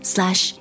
Slash